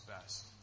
best